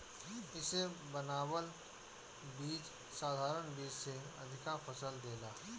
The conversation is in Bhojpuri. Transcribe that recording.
इसे बनावल बीज साधारण बीज से अधिका फसल देला